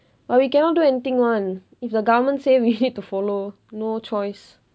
but we cannot do anything [one] if the government say we need to follow no choice